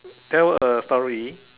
tell a story